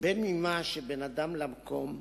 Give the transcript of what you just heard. בין ממה שבין אדם למקום,